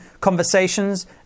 conversations